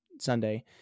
Sunday